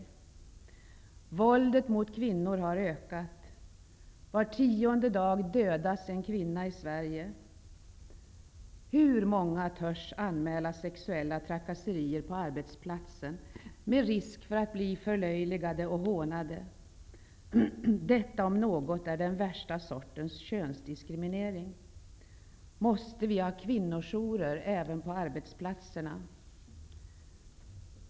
Våldet mot kvinnor har ökat. Var tionde dag dödas en kvinna i Sverige. Hur många törs anmäla sexuella trakasserier på arbetsplatsen, med risk för att bli förlöjligade och hånade. Detta om något är den värsta sortens könsdiskriminering. Måste vi ha kvinnojourer även på arbetsplatserna?